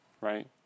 right